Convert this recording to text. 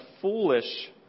foolish